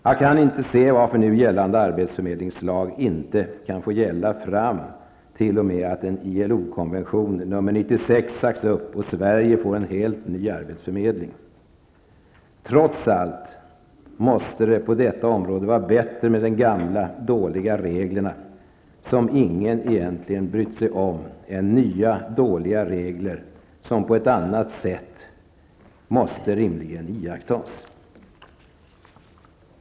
Jag kan inte se varför nu gällande arbetsförmedlingslag inte kan få gälla fram t.o.m. att ILO-konventionen nr 96 sagts upp och Sverige får en helt ny arbetsförmedling. På detta område måste det trots allt vara bättre med de gamla dåliga reglerna, som ingen egentligen brytt sig om, än med de nya dåliga reglerna som rimligen måste iakttas.